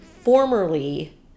formerly